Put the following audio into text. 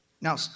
Now